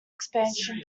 expansion